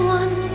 one